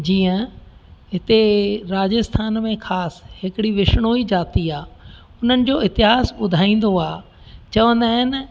जीअं हिते राजस्थान में ख़ासि हिकिड़ी विषणू जी जाती आहे उन्हनि जो इतिहास ॿुधाईंदो आहे चवंदा आहिनि